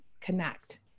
connect